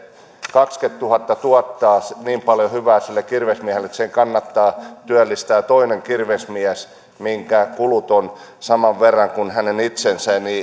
kaksikymmentätuhatta tuottaa niin paljon hyvää sille kirvesmiehelle että hänen kannattaa työllistää toinen kirvesmies jonka kulut ovat saman verran kuin hänen itsensä eli